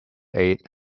eight